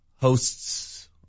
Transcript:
Hosts